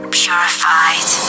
purified